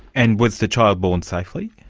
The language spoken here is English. and was the child born safely?